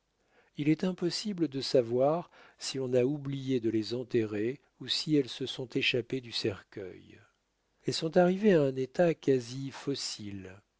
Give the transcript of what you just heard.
il est impossible de savoir si l'on a oublié de les enterrer ou si elles se sont échappées du cercueil elles sont arrivées à un état quasi fossile